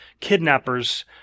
kidnappers